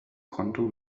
konto